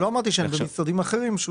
לא אמרתי שאין במשרדים אחרים.